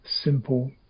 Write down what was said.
simple